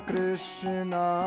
Krishna